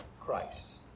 Christ